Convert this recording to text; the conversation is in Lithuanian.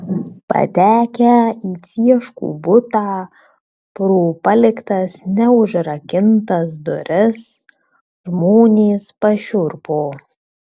patekę į cieškų butą pro paliktas neužrakintas duris žmonės pašiurpo